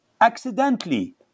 accidentally